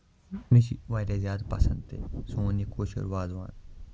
مےٚ چھُ یہِ واریاہ زیادٕ پَسند تہِ سون یہِ کٲشُر وازوان